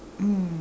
mm